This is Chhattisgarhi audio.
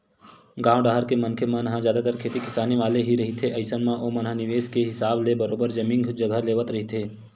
गाँव डाहर के मनखे मन ह जादतर खेती किसानी वाले ही रहिथे अइसन म ओमन ह निवेस के हिसाब ले बरोबर जमीन जघा लेवत रहिथे